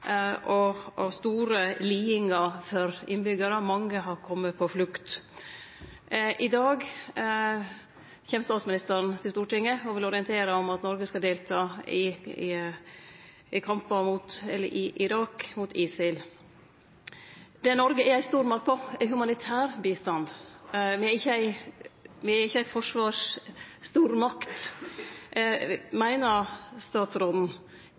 og store lidingar for innbyggjarane. Mange har kome på flukt. I dag kjem statsministeren til Stortinget. Ho vil orientere om at Noreg skal delta i Irak mot ISIL. Det Noreg er ei stormakt på, er humanitær bistand. Me er ikkje ei forsvarsstormakt. Meiner statsråden at det er rett at Noreg prioriterer å setje inn innsats i forsvarsstyrkar? Bør me ikkje